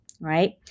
right